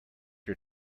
your